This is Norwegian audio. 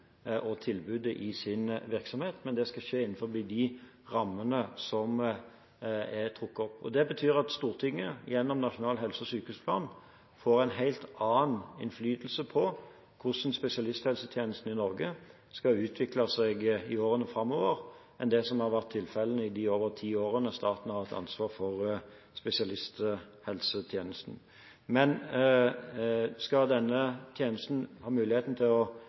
og tilbudet i sin virksomhet, men det skal skje innenfor de rammene som er trukket opp. Det betyr at Stortinget – gjennom nasjonal helse- og sykehusplan – får en helt annen innflytelse på hvordan spesialisthelsetjenesten i Norge skal utvikle seg i årene framover enn det som har vært tilfellet i de årene staten har hatt ansvar for spesialisthelsetjenesten. Men skal denne tjenesten ha muligheten til å